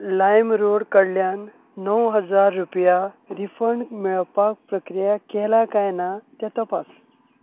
लायमरोड कडल्यान णव हजार रुपया रिफंड मेळपाक प्रक्रिया केल्या काय ना तें तपास